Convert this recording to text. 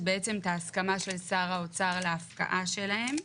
בעצם את ההסכמה של שר האוצר להפקעה שלהם,